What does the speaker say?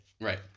Right